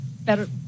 better